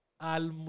Al